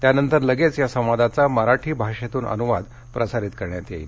त्यानंतर लगेच या संवादाचा मराठी भाषेतून अनुवाद प्रसारित करण्यात येईल